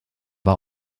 war